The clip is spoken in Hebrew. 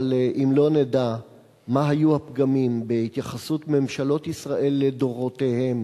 אבל אם לא נדע מה היו הפגמים בהתייחסות ממשלות ישראל לדורותיהן,